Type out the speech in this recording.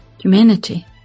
humanity